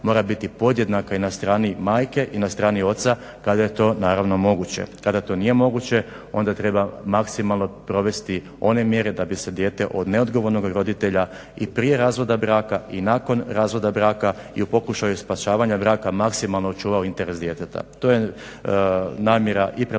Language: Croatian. mora biti podjednaka i na strani majke i na strani oca kada je to naravno moguće. Kada to nije moguće onda treba maksimalno provesti one mjere da bi se dijete od neodgovornog roditelja i prije razvoda braka i nakon razvoda braka i u pokušaju spašavanja braka maksimalno očuvao interes djeteta.